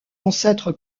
ancêtre